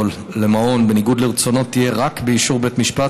למעון בניגוד לרצונו תהיה רק באישור בית משפט,